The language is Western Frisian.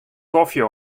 kofje